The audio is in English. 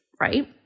right